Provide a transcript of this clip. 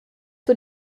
zur